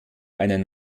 einen